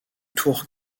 tour